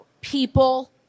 People